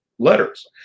Letters